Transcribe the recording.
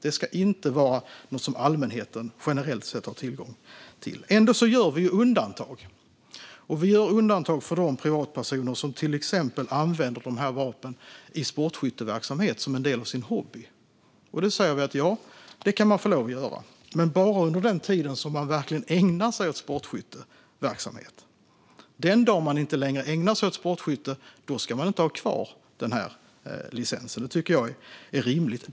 De ska inte vara något som allmänheten generellt sett har tillgång till. Ändå gör vi undantag. Vi gör undantag för de privatpersoner som till exempel använder dessa vapen i sportskytteverksamhet, som en del av sin hobby. Då säger vi ja, det kan man få lov att göra, men bara under den tid man verkligen ägnar sig åt sportskytteverksamhet. Den dag man inte längre ägnar sig åt sportskytte ska man inte ha kvar licensen; det tycker jag är rimligt.